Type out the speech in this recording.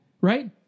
Right